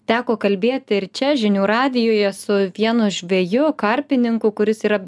teko kalbėti ir čia žinių radijuje su vienu žveju karpininku kuris yra